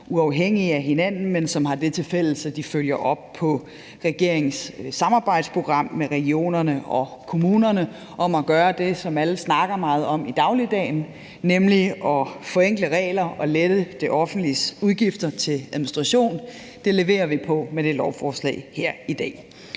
uafhængige af hinanden, men som har det tilfælles, at de følger op på regeringens samarbejdsprogram med regionerne og kommunerne om at gøre det, som alle snakker meget om i dagligdagen, nemlig at forenkle regler og lette det offentliges udgifter til administration. Det leverer vi på med det her lovforslag i dag.